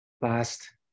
last